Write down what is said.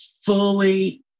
fully